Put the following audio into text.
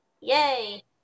Yay